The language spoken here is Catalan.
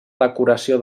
decoració